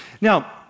Now